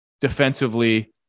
defensively